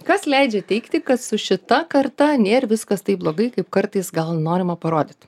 kas leidžia teigti kad su šita karta nėr viskas taip blogai kaip kartais gal norima parodyt